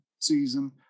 season